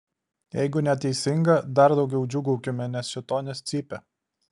jeigu neteisinga dar daugiau džiūgaukime nes šėtonas cypia